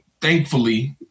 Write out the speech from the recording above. thankfully